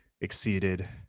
exceeded